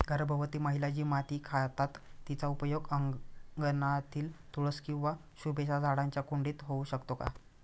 गर्भवती महिला जी माती खातात तिचा उपयोग अंगणातील तुळस किंवा शोभेच्या झाडांच्या कुंडीत होऊ शकतो का?